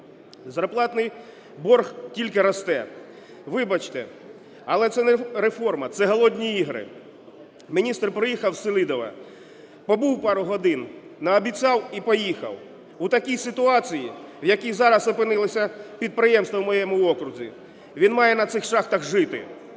Зарплатний борг тільки росте. Вибачте, але це не реформа, це – голодні ігри. Міністр приїхав в Селидове, побув пару годин, наобіцяв і поїхав. У такій ситуації, в якій зараз опинилися підприємства в моєму окрузі, він має на цих шахтах жити.